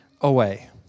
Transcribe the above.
away